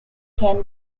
can